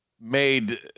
made